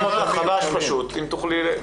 בזכותך החוק לשלילת האפוטרופוס מהורה שניסה לרצוח,